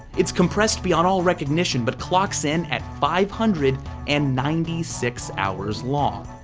it's compressed beyond all recognition but clocks in at five hundred and ninety six hours long.